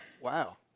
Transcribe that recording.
wow